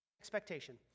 expectation